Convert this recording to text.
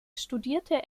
studierte